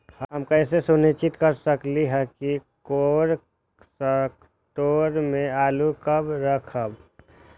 हम कैसे सुनिश्चित कर सकली ह कि कोल शटोर से आलू कब रखब?